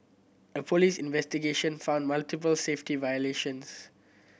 a police investigation found multiple safety violations